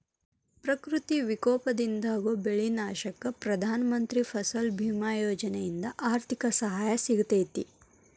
ಪ್ರಕೃತಿ ವಿಕೋಪದಿಂದಾಗೋ ಬೆಳಿ ನಾಶಕ್ಕ ಪ್ರಧಾನ ಮಂತ್ರಿ ಫಸಲ್ ಬಿಮಾ ಯೋಜನೆಯಿಂದ ಆರ್ಥಿಕ ಸಹಾಯ ಸಿಗತೇತಿ